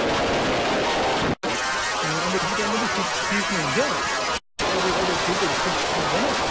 हजुर ए अन्त गिटार मात्रै सिक सिक्नुहुन्छ त्यो अरू अरू फ्लुटहरू सिक्नुहुँदैन